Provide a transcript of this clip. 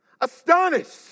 astonished